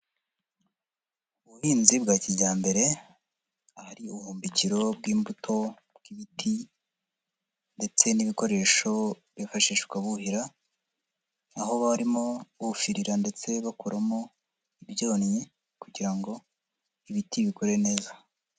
Ubuhinzi bwa kijyambere, ahari ubumbikiro bw'imbuto, bw'ibiti ndetse n'ibikoresho byifashishwa buhira, aho barimo bufirira ndetse bakuramo ibyonnyi kugira ngo ibiti bikure neza.